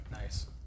Nice